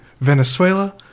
Venezuela